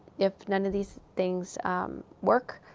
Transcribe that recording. if none of these things work.